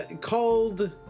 called